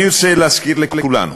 אני רוצה להזכיר לכולנו